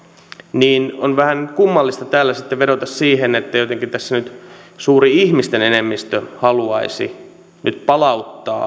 on siis vähän kummallista täällä sitten vedota siihen että jotenkin tässä suuri ihmisten enemmistö haluaisi nyt palauttaa